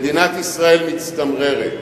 מדינת ישראל מצטמררת.